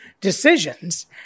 decisions